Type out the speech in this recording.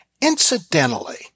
incidentally